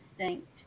instinct